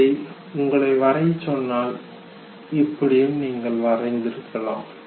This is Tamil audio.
அதை உங்களை வரையச்சொன்னால் இப்படியும் நீங்கள் வரைந்திருக்கலாம்